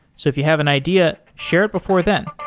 so if you have an idea, share it before then.